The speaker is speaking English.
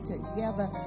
together